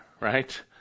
right